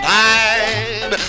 time